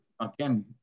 Again